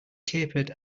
capered